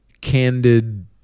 candid